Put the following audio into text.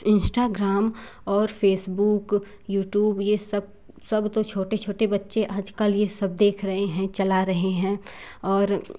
Instagram और Facebook YouTube ये सब सब तो छोटे छोटे बच्चे आजकल ये सब देख रहे हैं चला रहे हैं और